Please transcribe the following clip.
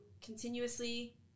continuously